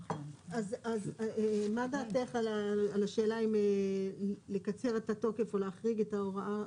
אז מה דעתך על השאלה אם לקצר את התוקף או להחריג את ההוראות?